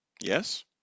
yes